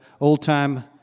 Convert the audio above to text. old-time